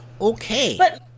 Okay